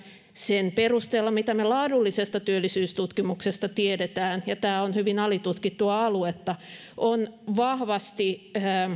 sen perusteella mitä me laadullisesta työllisyystutkimuksesta tiedämme ja tämä on hyvin alitutkittua aluetta toimeentulotukijärjestelmä